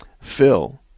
Phil